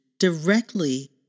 directly